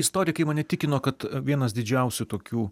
istorikai mane tikino kad vienas didžiausių tokių